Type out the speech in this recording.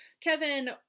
Kevin